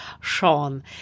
Sean